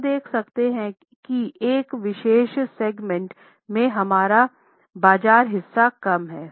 हम देख सकते हैं कि एक विशेष सेगमेंट में हमारा बाजार हिस्सा कम है